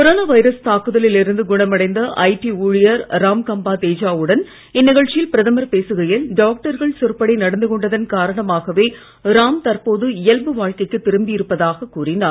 corona virus தாக்குதலில் இருந்து குணமடைந்த ஐடி ஊழியர் ராம்கம்ப்பா தேஜா உடன் இந்நிகழ்ச்சியில் பிரதமர் பேசுகையில் டாக்டர்கள் சொற்படி நடந்து கொண்டதன் காரணமாகவே ராம் தற்போது இயல்பு வாழ்க்கைக்கு திரும்பி இருப்பதாக கூறினார்